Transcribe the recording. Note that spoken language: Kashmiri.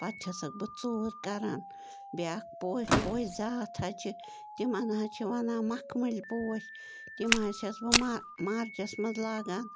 پتہٕ چھَ سَکھ بہٕ ژوٗر کَران بیٛاکھ پوش پوشہٕ زاتھ حظ چھِ تِمن حظ چھِ وَنان مخمٔل پوش تِم حظ چھَس بہٕ ما مارچس منٛز لاگان